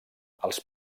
els